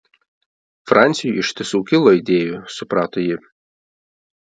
franciui iš tiesų kilo idėjų suprato ji